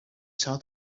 saw